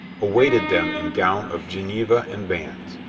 awaited them in gown of geneva and bands.